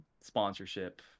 sponsorship